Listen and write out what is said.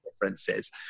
differences